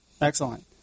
excellent